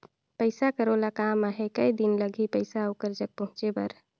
पइसा कर ओला काम आहे कये दिन लगही पइसा ओकर जग पहुंचे बर?